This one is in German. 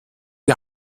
die